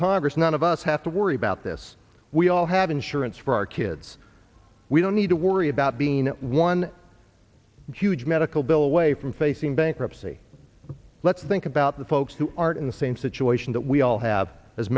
congress none of us have to worry about this we all have insurance for our kids we don't need to worry about being one huge medical bill away from facing bankruptcy let's think about the folks who are in the same situation that we all have as